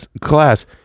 class